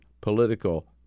political